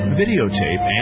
videotape